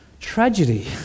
tragedy